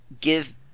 give